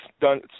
done